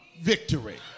victory